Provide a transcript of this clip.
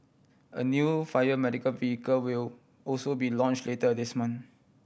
a new fire medical vehicle will also be launch later this month